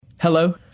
Hello